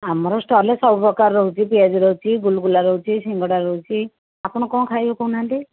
ଆମର ଷ୍ଟଲ ରେ ସବୁପ୍ରକାର ରହୁଛି ପିଆଜି ରହୁଛି ଗୁଲୁଗୁଲା ରହୁଛି ସିଙ୍ଗିଡ଼ା ରହୁଛି ଆପଣ କ'ଣ ଖାଇବେ କହୁନାହାନ୍ତି